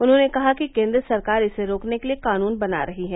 उन्होंने कहा कि केन्द्र सरकार इसे रोकने के लिये कानून बना रही है